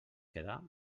quedar